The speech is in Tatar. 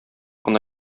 кына